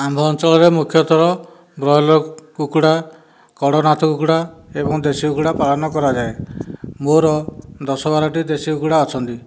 ଆମ୍ଭ ଅଞ୍ଚଳରେ ମୁଖ୍ୟତଃ ବ୍ରଏଲର୍ କୁକୁଡ଼ା କଡ଼କନାଥ କୁକୁଡ଼ା ଏବଂ ଦେଶୀ କୁକୁଡ଼ା ପାଳନ କରାଯାଏ ମୋର ଦଶ ବାରଟି ଦେଶୀ କୁକୁଡ଼ା ଅଛନ୍ତି